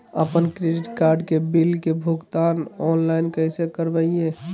अपन credit card के bill के भुगतान ऑनलाइन कैसे करबैय?